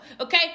Okay